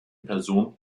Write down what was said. person